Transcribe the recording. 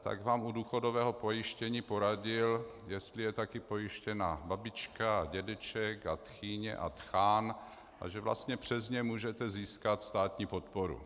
tak vám u důchodového pojištění poradil, jestli je také pojištěná babička a dědeček a tchyně a tchán a že vlastně přes ně můžete získat státní podporu.